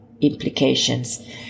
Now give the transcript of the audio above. implications